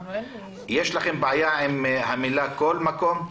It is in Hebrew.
--- אפרת, יש לכם בעיה עם המילים "כל מקום"?